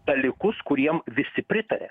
dalykus kuriem visi pritarė